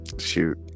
shoot